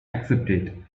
accepted